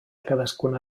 cadascuna